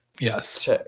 Yes